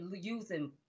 using